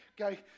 Okay